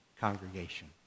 congregation